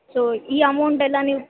so ಈ ಅಮೌಂಟೆಲ್ಲ ನೀವು